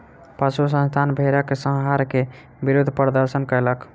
पशु संस्थान भेड़क संहार के विरुद्ध प्रदर्शन कयलक